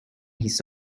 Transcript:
his